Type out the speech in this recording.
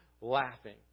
laughing